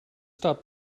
stop